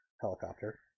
helicopter